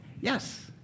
Yes